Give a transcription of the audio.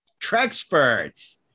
Trexperts